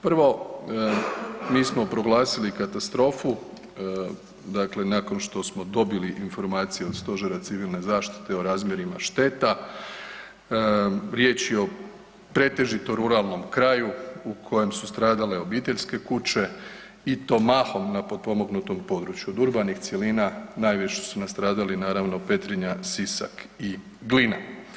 Prvo, mi smo proglasili katastrofu nakon što smo dobili informacije od Stožera civilne zaštite o razmjerima šteta, riječ je o pretežito ruralnom kraju u kojem su stradale obiteljske kuće i to mahom na potpomognutom području, od urbanih cjelina najviše su stradali naravno Petrinja, Sisak i Glina.